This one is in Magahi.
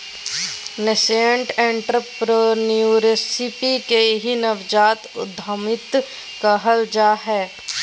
नसेंट एंटरप्रेन्योरशिप के ही नवजात उद्यमिता कहल जा हय